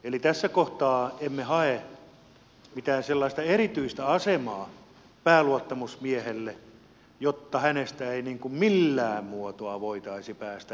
eli tässä kohtaa emme hae mitään sellaista erityistä asemaa pääluottamusmiehelle jotta hänestä ei millään muotoa voitaisi päästä eroon